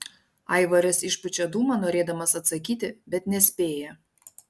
aivaras išpučia dūmą norėdamas atsakyti bet nespėja